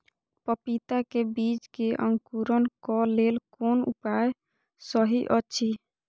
पपीता के बीज के अंकुरन क लेल कोन उपाय सहि अछि?